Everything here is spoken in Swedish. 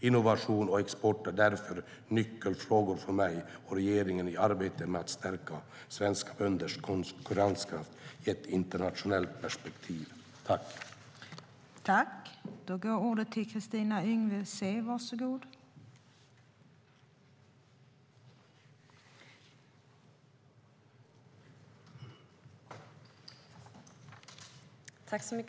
Innovation och export är därför nyckelfrågor för mig och regeringen i arbetet med att stärka svenska bönders konkurrenskraft i ett internationellt perspektiv.